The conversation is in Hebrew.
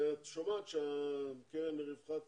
את שמעת שלקרן לרווחת